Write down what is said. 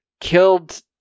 killed